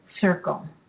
circle